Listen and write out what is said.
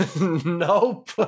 nope